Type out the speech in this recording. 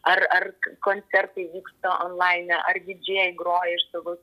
ar ar koncertai vyksta onlaine ar didžėjai groja iš savo